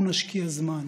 בואו נשקיע זמן,